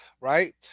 right